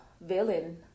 villain